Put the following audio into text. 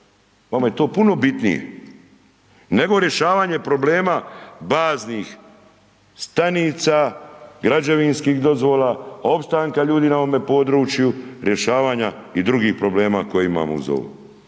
vama to puno bitnije nego rješavanje problema baznih stanica, građevinskih dozvola, opstanka ljudi na ovom području, rješavanja i drugih problema koje imamo uz ovo.